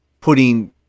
putting